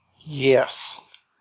Yes